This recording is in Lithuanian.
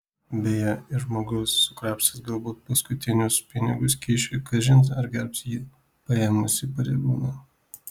beje ir žmogus sukrapštęs galbūt paskutinius pinigus kyšiui kažin ar gerbs jį paėmusį pareigūną